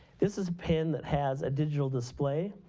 this is a pen that has a digital display.